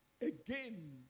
Again